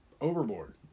overboard